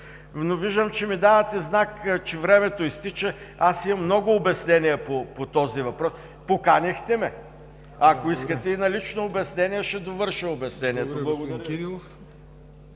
Виждам, че ми давате знак, че времето изтича. Аз имам много обяснения по този въпрос. Поканихте ме. Ако искате, и на лично обяснение ще довърша обяснението. Благодаря.